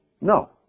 No